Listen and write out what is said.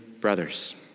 brothers